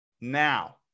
Now